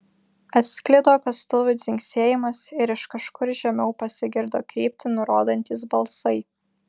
atsklido kastuvų dzingsėjimas ir iš kažkur žemiau pasigirdo kryptį nurodantys balsai